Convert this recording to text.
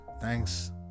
thanks